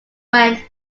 when